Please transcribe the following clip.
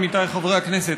עמיתיי חברי הכנסת,